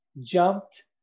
jumped